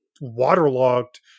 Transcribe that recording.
waterlogged